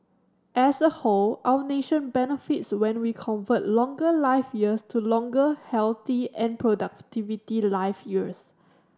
as a whole our nation benefits when we convert longer life years to longer healthy and productivity life years